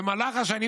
במהלך השנים,